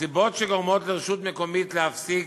לרשות מקומית להפסיק